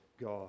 God